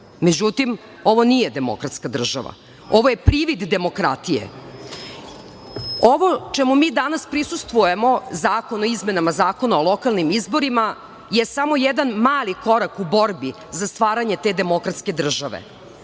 ostavku.Međutim, ovo nije demokratska država. Ovo je privid demokratije. Ovo čemu mi danas prisustvujemo zakon o izmenama Zakona o lokalnim izborima je samo jedan mali korak u borbi za stvaranje te demokratske države